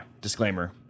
disclaimer